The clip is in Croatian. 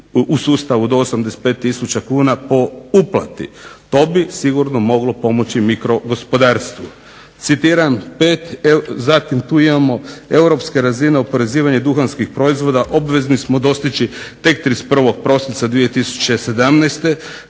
u sustavu do 85 tisuća kuna po uplati. To bi sigurno moglo pomoći mikrogospodarstvu. Citiram 5, zatim tu imamo "europska razina oporezivanja duhanskih proizvoda obvezni smo dostići tek 31. prosinca 2017.,